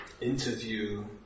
interview